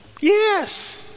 Yes